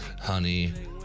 Honey